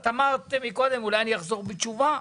את אמרת קודם שאולי אני אחזור בתשובה.